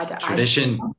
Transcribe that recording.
Tradition